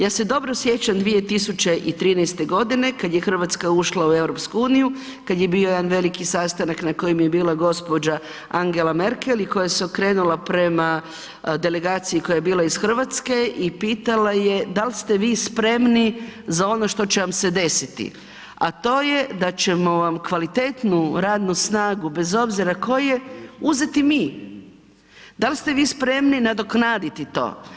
Ja se dobro sjećam 2013. g. kad je Hrvatska ušla u EU, kad je bio jedan veliki sastanak na kojem je bila gđa. Angela Merkel i koja se okrenula prema delegaciji koja je bila iz Hrvatske i pitala je da li ste vi spremni za ono što će vam se desiti, a to je da ćemo vam kvalitetnu radnu snagu, bez obzira tko je, uzeti mi, Da li ste vi spremni nadoknaditi to.